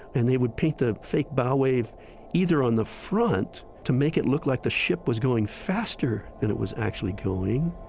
and they would paint the fake bow wave either on the front to make it look like the ship was going faster than it was actually going.